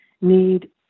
need